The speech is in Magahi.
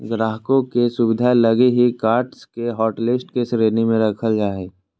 ग्राहकों के सुविधा लगी ही कार्ड्स के हाटलिस्ट के श्रेणी में रखल जा हइ